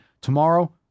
tomorrow